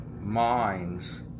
minds